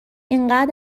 انقد